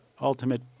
ultimate